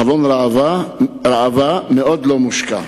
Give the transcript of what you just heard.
חלון ראווה מאוד לא מושקע.